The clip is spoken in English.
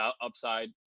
upside